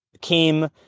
came